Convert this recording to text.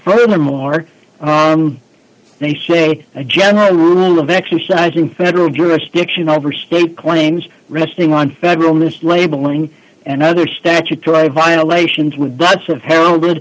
furthermore they say a general rule of exercising federal jurisdiction over state claims resting on federal mislabeling and other statutory violations